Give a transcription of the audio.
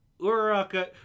Uraraka